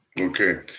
Okay